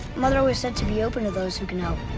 mother always said to be open to those who can help.